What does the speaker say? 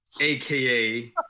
aka